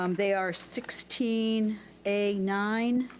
um they are sixteen a nine,